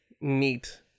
Neat